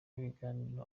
w’ibiganiro